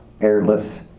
airless